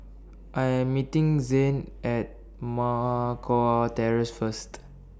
I Am meeting Zane At Moh Kua Terrace First